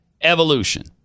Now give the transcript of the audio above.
evolution